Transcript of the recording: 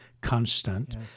constant